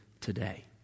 today